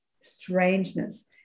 strangeness